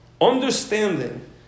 understanding